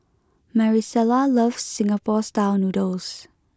Marisela loves Singapore's style noodles